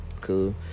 cool